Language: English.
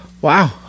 Wow